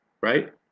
right